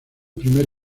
primer